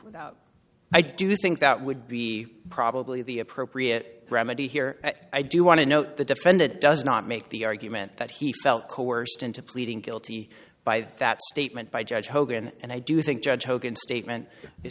without i do think that would be probably the appropriate remedy here i do want to note the defendant does not make the argument that he felt coerced into pleading guilty by that statement by judge hogan and i do think judge hogan statement is